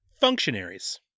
Functionaries